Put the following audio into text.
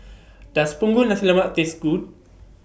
Does Punggol Nasi Lemak Taste Good